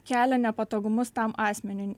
kelia nepatogumus tam asmeniui